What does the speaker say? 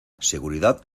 seguridad